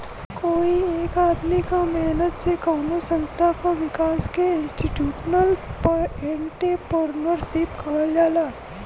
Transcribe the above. कोई एक आदमी क मेहनत से कउनो संस्था क विकास के इंस्टीटूशनल एंट्रेपर्नुरशिप कहल जाला